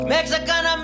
Mexican